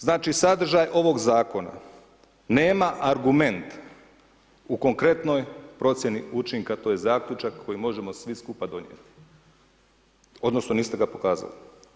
Znači sadržaj ovog zakona nema argument u konkretnoj procjeni učinka, to je zaključak koji možemo svi skupa donijeti, odnosno niste ga pokazali.